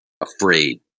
afraid